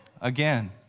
again